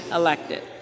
elected